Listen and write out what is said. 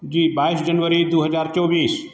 जी बाईस जनवरी दो हज़ार चौबीस